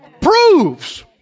Proves